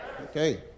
Okay